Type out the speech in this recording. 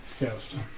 Yes